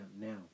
now